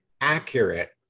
accurate